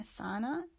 Asana